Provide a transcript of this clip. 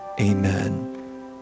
amen